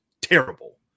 terrible